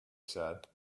said